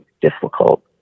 difficult